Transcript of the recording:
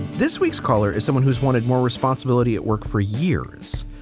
this week's caller is someone who's wanted more responsibility at work for years,